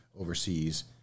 overseas